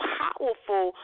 powerful